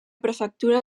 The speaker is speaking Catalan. prefectura